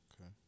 Okay